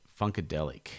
Funkadelic